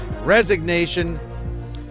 resignation